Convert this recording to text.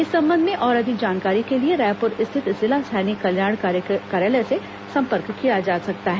इस संबंध में और अधिक जानकारी के लिए रायपुर स्थित जिला सैनिक कल्याण कार्यालय से संपर्क किया जा सकता है